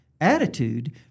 attitude